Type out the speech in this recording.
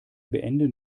beenden